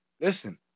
Listen